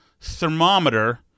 thermometer